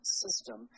system